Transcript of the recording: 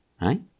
right